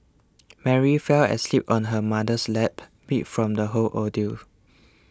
Mary fell asleep on her mother's lap beat from the whole ordeal